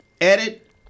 edit